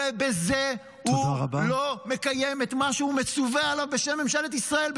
ובזה הוא לא מקיים את מה שהוא מצווה עליו בשם ממשלת ישראל,